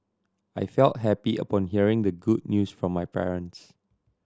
I felt happy upon hearing the good news from my parents